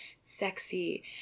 sexy